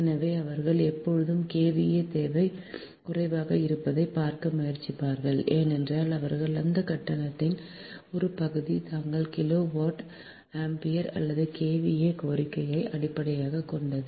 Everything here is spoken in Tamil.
எனவே அவர்கள் எப்போதும் KVA தேவை குறைவாக இருப்பதை பார்க்க முயற்சிப்பார்கள் ஏனென்றால் அவர்கள் அந்த கட்டணத்தின் ஒரு பகுதி தங்கள் கிலோ வோல்ட் ஆம்பியர் அல்லது KVA கோரிக்கையை அடிப்படையாகக் கொண்டது